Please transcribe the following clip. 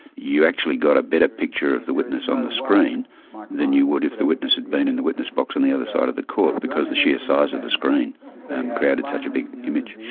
you actually got a better picture of the witness on the screen than you would if the witness had been in the witness box on the other side of the court, because the sheer size of the screen created such a big image.